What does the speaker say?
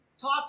talk